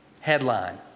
Headline